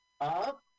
Up